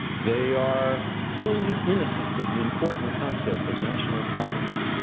they are wholly innocent of the important concept of national sovereignty.